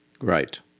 Right